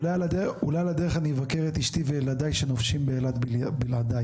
אולי על הדרך אני אבקר את אשתי וילדיי שנופשים באילת בלעדיי.